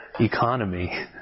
economy